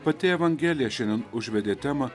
pati evangelija šiandien užvedė temą